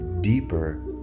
deeper